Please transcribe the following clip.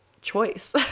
choice